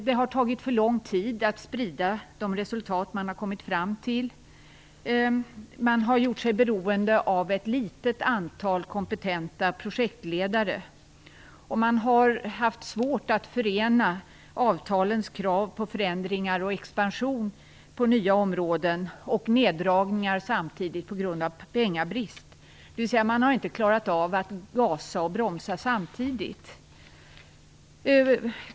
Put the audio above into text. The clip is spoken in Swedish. Det har tagit för lång tid att sprida de resultat man har kommit fram till. Man har gjort sig beroende av ett litet antal kompetenta projektledare. Man har haft svårt att förena avtalens krav på förändringar och expansion på nya områden och neddragningar samtidigt på grund av pengabrist. Man har alltså inte klarat av att gasa och bromsa samtidigt.